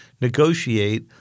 negotiate